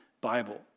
Bible